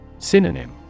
Synonym